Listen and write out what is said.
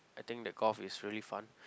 I think that golf is really fun